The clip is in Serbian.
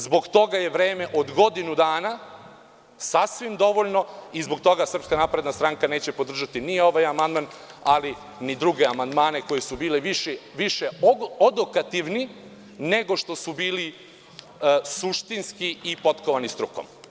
Zbog toga je vreme od godinu dana sasvim dovoljno i zbog toga SNS neće podržati ni ovaj amandman, ali ni druge amandmane koji su bile više odokativni nego što su bili suštinski i potkovani strukom.